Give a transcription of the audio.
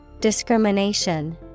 Discrimination